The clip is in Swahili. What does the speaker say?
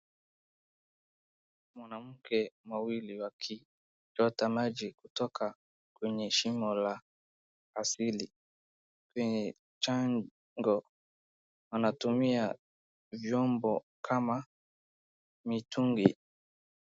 Mwanamke wawili wakichota maji kutoka kwenye shimo la asili, kwenye chango wanatumia vyombo kama mitungi .